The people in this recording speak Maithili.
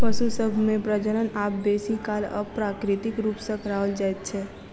पशु सभ मे प्रजनन आब बेसी काल अप्राकृतिक रूप सॅ कराओल जाइत छै